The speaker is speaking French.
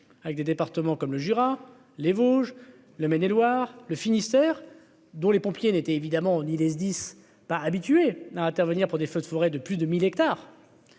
avec des départements comme le Jura, les Vosges, le Maine-et-Loire, le Finistère, dont les pompiers n'étaient évidemment ni les SDIS pas habitué à intervenir pour des feux de forêt de plus de 1000 hectares.